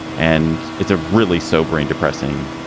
and it's a really sobering, depressing